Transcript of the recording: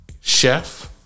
chef